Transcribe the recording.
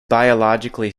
biologically